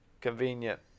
convenient